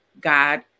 God